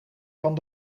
van